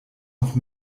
noch